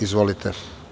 Izvolite.